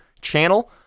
channel